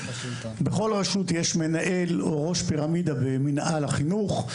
בכל רשות יש מנהל או ראש פירמידה במינהל החינוך,